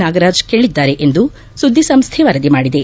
ನಾಗರಾಜ್ ಕೇಳದ್ದಾರೆ ಎಂದು ಸುದ್ದಿ ಸಂಸ್ಥೆ ವರದಿ ಮಾಡಿದೆ